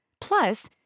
Plus